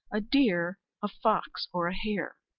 a deer, a fox, or a hare?